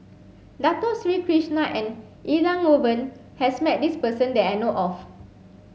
Dato Sri Krishna and Elangovan has met this person that I know of